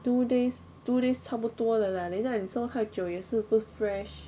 two days two days 差不多 lah 等一下你收太久也是不 fresh